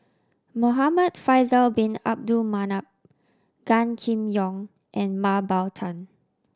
Muhamad Faisal Bin Abdul Manap Gan Kim Yong and Mah Bow Tan